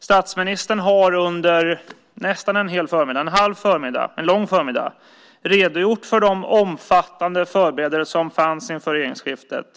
Statsministern har under nästan en hel förmiddag, en halv förmiddag, en lång förmiddag, redogjort för de omfattande förberedelser som fanns inför regeringsskiftet.